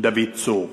דוד צור.